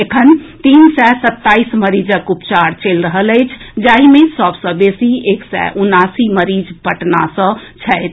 एखन तीन सय सत्ताईस मरीजक उपचार चलि रहल अछि जाहि मे सभ सँ बेसी एक सय उनासी मरीज पटना सँ छथि